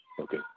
Okay